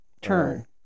turn